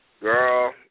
Girl